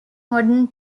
modern